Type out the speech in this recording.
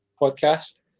podcast